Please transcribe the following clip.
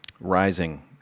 Rising